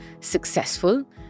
successful